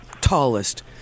tallest